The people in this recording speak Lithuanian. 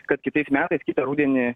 kad kitais metais kitą rudenį